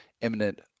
imminent